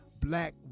black